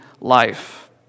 life